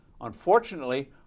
Unfortunately